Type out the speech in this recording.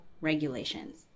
regulations